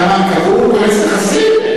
קבעו כונס נכסים?